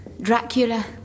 Dracula